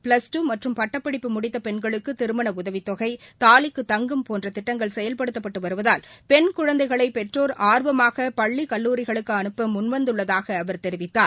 plus two மற்றும் பட்டப் படிப்பு முடித்தபெண்களுக்குதிருமணஉதவித் தொகை தாலிக்கு தங்கம் போன்றதிட்டங்கள் செயல்படுத்தப்பட்டுவருவதால் பெண் குழந்தைகளைபெற்றோர் ஆர்வமாகபள்ளி கல்லூரிகளுக்குஅனுப்பமுன்வந்துள்ளதாகஅவர் தெரிவித்தார்